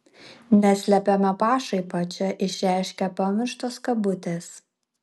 neslepiamą pašaipą čia išreiškia pamirštos kabutės